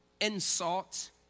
insult